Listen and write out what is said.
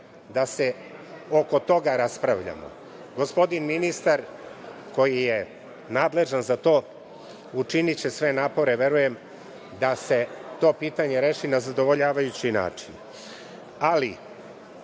da se oko toga raspravljamo. Gospodin ministar, koji je nadležan za to, učiniće sve napore, verujem, da se to pitanje reši na zadovoljavajući način.